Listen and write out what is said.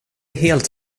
helt